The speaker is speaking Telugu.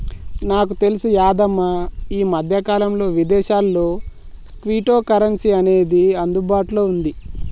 నాకు తెలిసి యాదమ్మ ఈ మధ్యకాలంలో విదేశాల్లో క్విటో కరెన్సీ అనేది అందుబాటులో ఉంది